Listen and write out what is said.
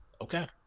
okay